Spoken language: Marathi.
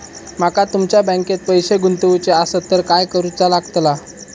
माका तुमच्या बँकेत पैसे गुंतवूचे आसत तर काय कारुचा लगतला?